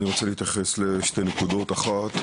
אני רוצה להתייחס לשתי נקודות, אחת